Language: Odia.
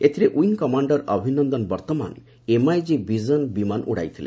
ଏଥିରେ wing commander 'Abhinandan Varthaman' MiG Bison ବିମାନ ଉଡ଼ାଇଥିଲେ